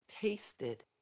tasted